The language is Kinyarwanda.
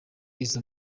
izo